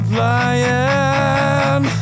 lying